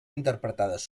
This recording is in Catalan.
interpretades